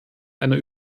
einer